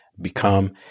become